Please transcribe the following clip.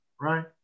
right